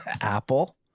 Apple